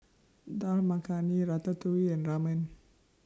Dal Makhani Ratatouille and Ramen